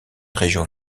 régions